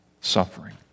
suffering